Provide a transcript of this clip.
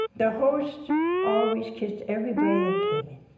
the host always kissed everybody that came in.